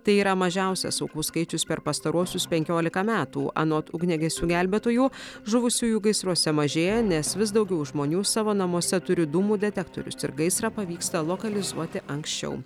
tai yra mažiausias aukų skaičius per pastaruosius penkiolika metų anot ugniagesių gelbėtojų žuvusiųjų gaisruose mažėja nes vis daugiau žmonių savo namuose turi dūmų detektorius ir gaisrą pavyksta lokalizuoti anksčiau